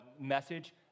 message